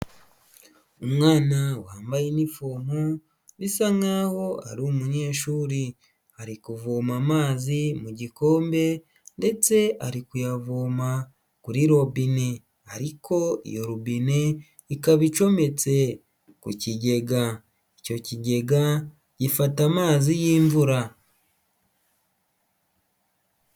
Umwana wambaye inifomo bisa nkaho ari umunyeshuri ari kuvoma amazi mu gikombe ndetse ari kuyavoma kuri robbine ariko iyo robine ikaba icometse ku kigega, icyo kigega gifata amazi y'imvura.